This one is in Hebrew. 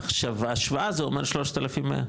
עכשיו ההשוואה זה אומר 3,100,